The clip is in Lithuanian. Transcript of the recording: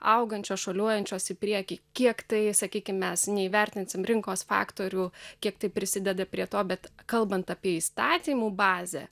augančios šuoliuojančios į priekį kiek tai sakykim mes neįvertinsim rinkos faktorių kiek tai prisideda prie to bet kalbant apie įstatymų bazę